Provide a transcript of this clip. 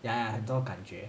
ya ya 很多感觉